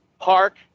park